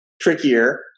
trickier